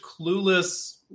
clueless